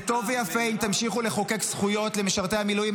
זה טוב ויפה אם תמשיכו לחוקק זכויות למשרתי המילואים,